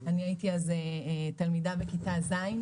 אני הייתי אז תלמידה בכיתה ז'.